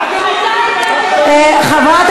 אני עוברת לנושא האחרון בסדר-היום: החלטת